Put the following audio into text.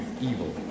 evil